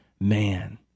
man